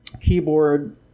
keyboard